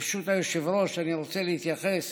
ברשות היושב-ראש, אני רוצה להתייחס